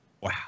Wow